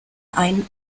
ein